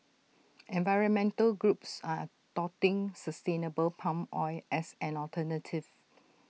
environmental groups are touting sustainable palm oil as an alternative